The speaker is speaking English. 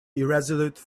irresolute